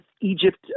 Egypt